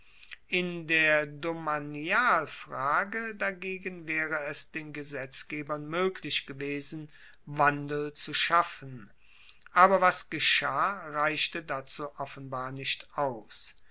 in der domanialfrage dagegen waere es den gesetzgebern moeglich gewesen wandel zu schaffen aber was geschah reichte dazu offenbar nicht aus